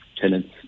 tenants